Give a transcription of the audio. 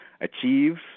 achieves